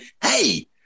Hey